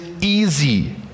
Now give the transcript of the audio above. easy